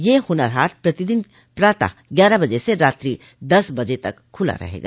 यह हुनर हाट प्रतिदिन प्रातः ग्यारह बजे से रात्रि दस बजे तक खुला रहेगा